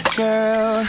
girl